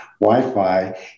Wi-Fi